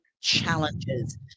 challenges